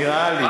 נראה לי.